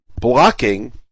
blocking